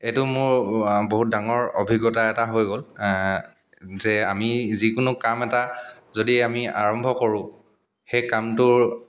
এইটো মোৰ বহুত ডাঙৰ অভিজ্ঞতা এটা হৈ গ'ল যে আমি যিকোনো কাম এটা যদি আমি আৰম্ভ কৰোঁ সেই কামটোৰ